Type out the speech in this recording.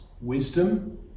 wisdom